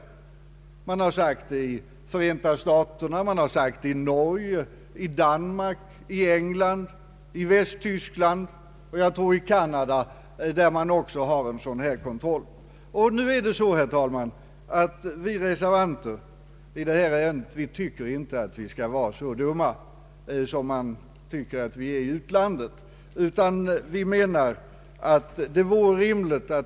Detta har anförts från Förenta staterna, Norge, Danmark, England, Västtyskland och Canada, där man också har dylik kontroll. Herr talman! Vi reservanter anser inte att vi skall vara så dumma som man i utlandet tycker att vi är.